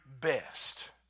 best